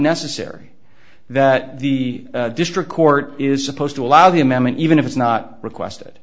necessary that the district court is supposed to allow the amendment even if it's not requested